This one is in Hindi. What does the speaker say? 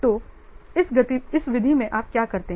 तो इस विधि में आप क्या करते हैं